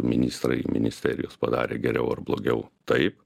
ministrai ministerijos padarė geriau ar blogiau taip